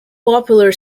popular